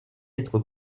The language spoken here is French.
être